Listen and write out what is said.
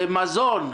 מזון,